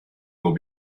will